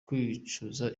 kwicuza